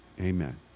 Amen